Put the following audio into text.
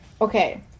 Okay